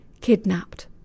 kidnapped